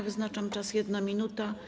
Wyznaczam czas - 1 minuta.